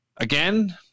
Again